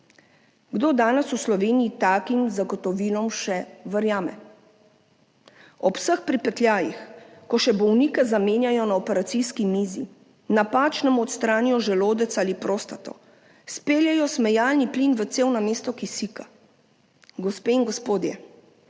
Kdo danes v Sloveniji takim zagotovilom še verjame? Ob vseh pripetljajih, ko še bolnike zamenjajo na operacijski mizi, napačno mu odstranijo želodec ali prostato, speljejo smejalni plin v cev namesto kisika. Gospe in gospodje,